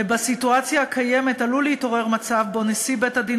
בסיטואציה הקיימת עלול להתעורר מצב שבו נשיא בית-הדין